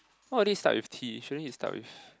why does it start with T shouldn't it start with